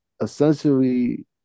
essentially